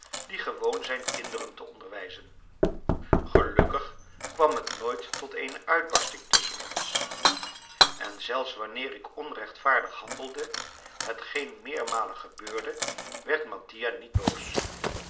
die gewoon zijn kinderen te onderwijzen gelukkig kwam het nooit tot eene uitbarsting tusschen ons en zelfs wanneer ik onrechtvaardig handelde hetgeen meermalen gebeurde werd mattia niet boos